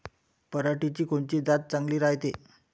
पऱ्हाटीची कोनची जात चांगली रायते?